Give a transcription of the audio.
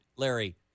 Larry